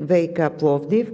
ВиК – Пловдив,